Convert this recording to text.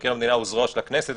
מבקר המדינה הוא זרוע של הכנסת,